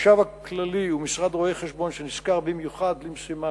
החשב הכללי ומשרד רואה-חשבון שנשכר במיוחד למשימה